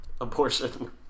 Abortion